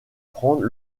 prendre